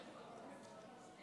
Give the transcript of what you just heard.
רבותיי חברי הכנסת,